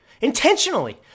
intentionally